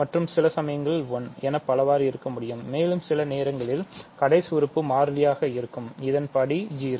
மற்றும் சில சமயங்களில்1 என பலவாறு இருக்கமுடியும் மேலும் சில நேரங்களில் கடைசி உறுப்பு மாறிலியாக இருக்கும் இதன் படி 0